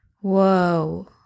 Whoa